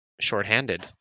shorthanded